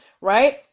right